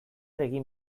egin